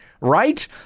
right